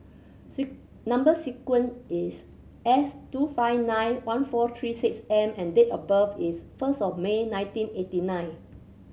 number sequence is S two five nine one four three six M and date of birth is first of May nineteen eighty nine